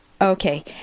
Okay